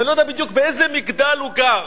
ואני לא יודע בדיוק באיזה מגדל הוא גר,